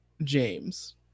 James